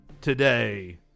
today